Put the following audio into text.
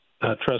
trust